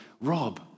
Rob